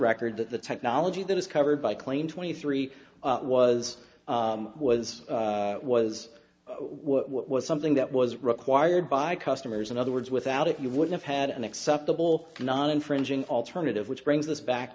record that the technology that was covered by claim twenty three was was was what was something that was required by customers in other words without it you would have had an acceptable not infringing alternative which brings us back